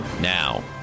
now